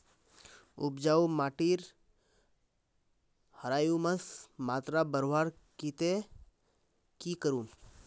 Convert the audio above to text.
उपजाऊ माटिर ह्यूमस मात्रा बढ़वार केते की करूम?